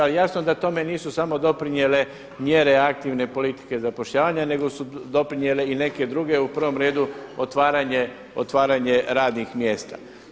Ali jasno da tome nisu samo doprinijele mjere aktivne politike zapošljavanja nego su doprinijele i neke druge, u prvom redu otvaranje radnih mjesta.